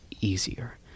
easier